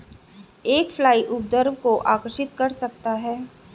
एक फ्लाई उपद्रव को आकर्षित कर सकता है?